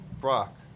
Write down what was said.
Brock